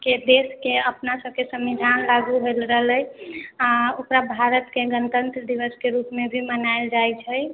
के देशके अपनासबके संविधान लागू भेल रहले आ ओकरा भारत के गणतन्त्र दिवस के रूप मे भी मनायल जाइ छै